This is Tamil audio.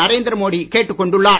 நரேந்திர மோடி கேட்டுக் கொண்டுள்ளார்